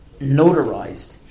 notarized